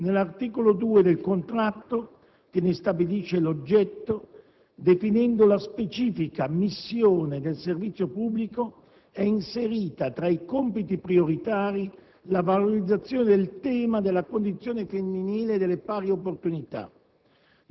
Nell'articolo 2 del contratto, che ne stabilisce l'oggetto definendo la specifica missione del servizio pubblico, è inserita tra i compiti prioritari la valorizzazione del tema della condizione femminile e delle pari opportunità.